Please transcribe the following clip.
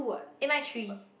eh mine is three